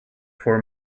for